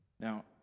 Now